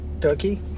Turkey